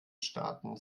staaten